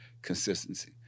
consistency